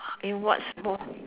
in what sport